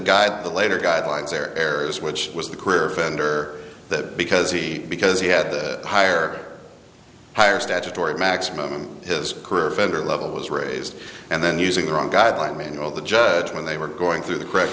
to later guidelines or areas which was the career offender that because he because he had higher higher statutory maximum his career offender level was raised and then using the wrong guideline manual the judge when they were going through the correct